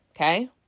okay